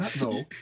no